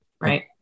Right